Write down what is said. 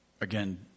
again